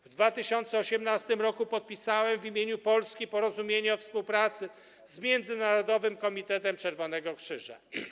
W 2018 r. podpisałem w imieniu Polski porozumienie o współpracy z Międzynarodowym Komitetem Czerwonego Krzyża.